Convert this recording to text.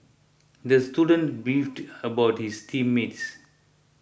the student beefed about his team mates